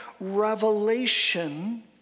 revelation